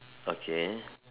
okay